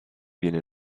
viene